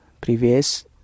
previous